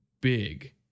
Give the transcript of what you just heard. big